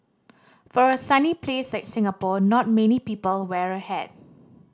for a sunny place like Singapore not many people wear a hat